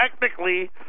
technically